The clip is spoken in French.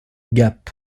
gap